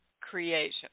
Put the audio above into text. creation